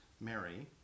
Mary